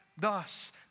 Thus